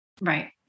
Right